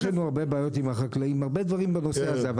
לנו הרבה בעיות עם החקלאים הרבה דברים בנושא הזה,